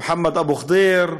מוחמד אבו ח'דיר?